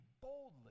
boldly